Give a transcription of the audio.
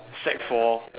sec four